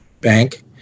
bank